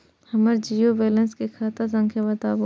हमर zero balance के खाता संख्या बतबु?